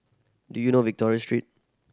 do you know Victory Street